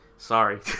Sorry